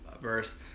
verse